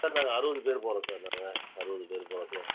sir நாங்கள் அறுபது பேர் போகறோம் சார் நாங்கள் அறுபது பேர் போகறோம் சார்